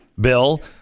bill